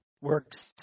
Works